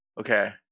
Okay